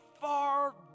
far